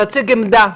להציג עמדה.